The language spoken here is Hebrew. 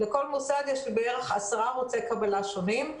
לכל מוסד יש בערך עשרה ערוצי קבלה שונים,